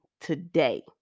today